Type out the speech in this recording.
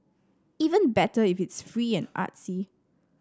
even better if it's free and artsy